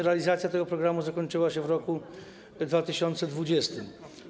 Realizacja tego programu zakończyła się w roku 2020.